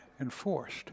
enforced